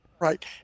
Right